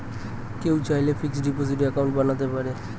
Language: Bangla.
কেউ চাইলে ফিক্সড ডিপোজিট অ্যাকাউন্ট বানাতে পারেন